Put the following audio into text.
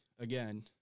Again